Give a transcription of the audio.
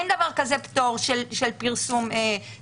אין דבר כזה שנקרא פטור מפרסום הדוחות.